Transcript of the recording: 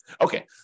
Okay